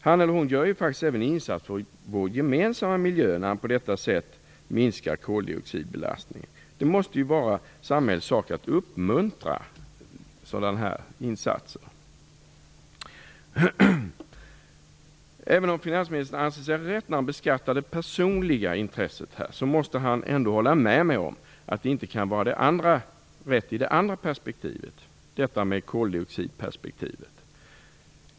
Han eller hon gör ju faktiskt en insats även för vår gemensamma miljö när han eller hon på detta sätt minskar koldioxidbelastningen. Det måste ju vara samhällets uppgift att uppmuntra sådana insatser. Även om finansministern anser sig ha rätt när han beskattar det personliga intresset här, måste han ändå hålla med mig om att det inte kan vara rätt i det andra perspektivet, koldioxidperspektivet.